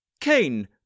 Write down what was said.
Cain